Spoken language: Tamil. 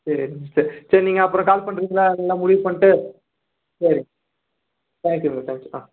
சரி சரி சரி நீங்கள் அப்புறம் கால் பண்ணுறிங்களா இதெல்லாம் முடிவு பண்ணிட்டு சரி thank you thank you ah